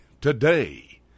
today